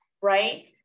Right